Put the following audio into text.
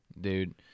dude